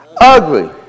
ugly